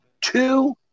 two